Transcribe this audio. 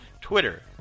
Twitter